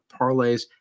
parlays